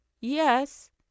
yes